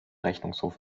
rechnungshof